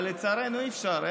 אבל לצערנו אי-אפשר.